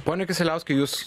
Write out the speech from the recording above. pone kisieliauskai jūs